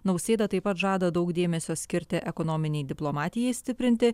nausėda taip pat žada daug dėmesio skirti ekonominei diplomatijai stiprinti